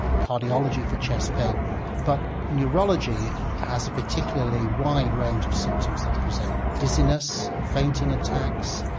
cardiology for chest pain but neurology has a particularly wide range of symptoms that present. dizziness, fainting attacks,